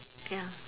ya